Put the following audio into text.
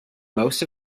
most